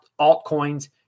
altcoins